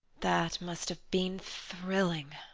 that must have been thrilling.